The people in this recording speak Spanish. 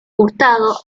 hurtado